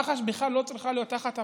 מח"ש בכלל לא צריכה להיות תחת הפרקליטות,